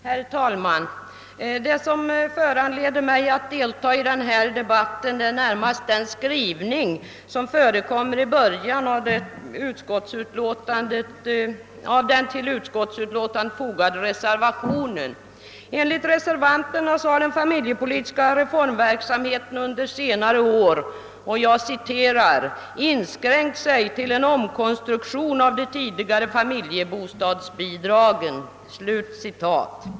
Herr talman! Vad som föranleder mig att delta i denna debatt är närmast den skrivning som förekommer i början av den till utskottsutlålandet fogade reservationen. Enligt reservanterna har den familjepolitiska reformverksamheten under senare år »inskränkt sig till en omkonstruktion av de tidigare utgående familjebostadsbidragen».